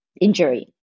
injury